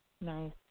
Nice